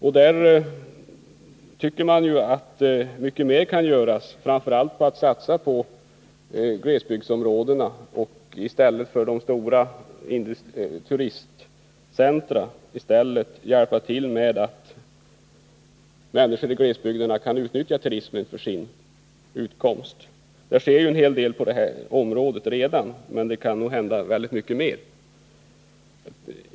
Man tycker att mycket mer kan göras, framför allt för att satsa på glesbygdsområdena i stället för de stora turistcentra och därmed se till att människorna i glesbygden kan utnyttja turismen för sin utkomst. Det sker redan en hel del på det här området, men det kan nog göras väldigt mycket mer.